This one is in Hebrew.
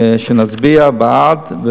שנצביע בעד,